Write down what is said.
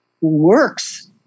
works